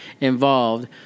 involved